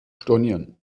stornieren